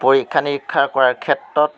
পৰীক্ষা নিৰীক্ষা কৰাৰ ক্ষেত্ৰত